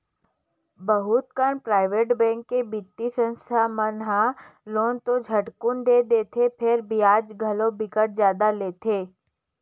बहुत कन private bank के बित्तीय संस्था मन ह लोन तो झटकुन दे देथे फेर बियाज घलो बिकट जादा लेथे